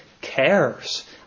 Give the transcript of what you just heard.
cares